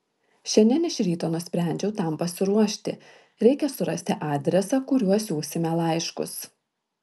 šiandien iš ryto nusprendžiau tam pasiruošti reikia surasti adresą kuriuo siųsime laiškus